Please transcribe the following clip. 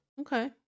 Okay